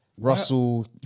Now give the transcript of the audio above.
Russell